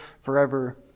forever